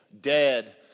dead